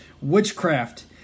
Witchcraft